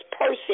person